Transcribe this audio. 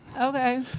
Okay